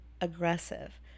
aggressive